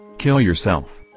kill yourself.